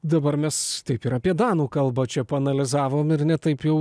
dabar mes taip ir apie danų kalbą čia paanalizavom ir ne taip jau